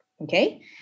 Okay